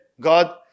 God